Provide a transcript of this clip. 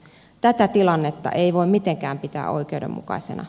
tätä tilannetta ei voi mitenkään pitää oikeudenmukaisena